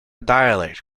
dialect